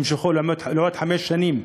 המשכו לעוד חמש שנים,